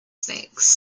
snakes